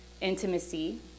intimacy